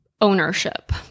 ownership